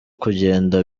kugenda